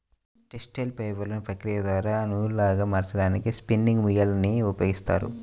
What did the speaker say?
textile ఫైబర్లను ప్రక్రియ ద్వారా నూలులాగా మార్చడానికి స్పిన్నింగ్ మ్యూల్ ని ఉపయోగిస్తారు